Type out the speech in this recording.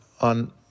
on